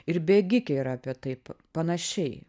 ir bėgikė yra apie taip panašiai